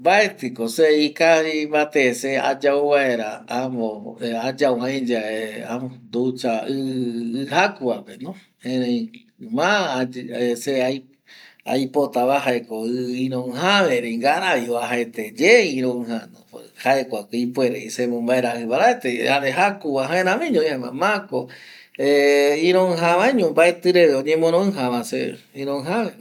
Mbaetɨ ko se ikavi mbate, se ayau vaera amo ayau ai yae ducha ɨ jaku va pe, erei ma se aipota va jaeko ɨ iroɨja ävë, erei gara vi oajaete ye iroɨja no, jokua ko ipuere vi semombaerajɨ paraete, jare jaku va jaeramiño vi, ma ko iroɨja vaño mbaerɨ reve oñemoroɨja va se ironja ävë va.